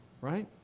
right